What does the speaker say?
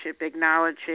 acknowledging